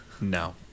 no